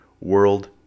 world